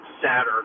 sadder